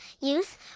youth